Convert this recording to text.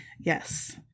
Yes